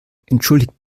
entschuldigt